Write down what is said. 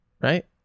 right